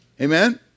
Amen